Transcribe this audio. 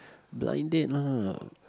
blind date lah